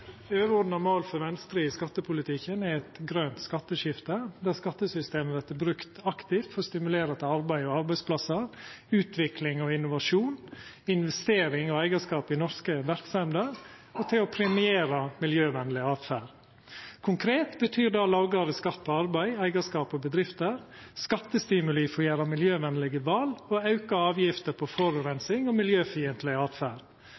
overordna mål for Venstre i skattepolitikken er eit grønt skatteskifte, der skattesystemet vert brukt aktivt for å stimulera til arbeid og arbeidsplassar, utvikling og innovasjon, investering og eigarskap i norske verksemder og til å premiera miljøvenleg åtferd. Konkret betyr det lågare skatt på arbeid, eigarskap og bedrifter, skattestimuli for å gjera miljøvenlege val og auka avgifter på